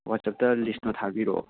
ꯋꯥꯆꯞꯇ ꯂꯤꯁꯇꯣ ꯊꯥꯕꯤꯔꯛꯑꯣ